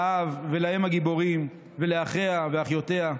לאב ולאם הגיבורים ולאחיה ואחיותיה.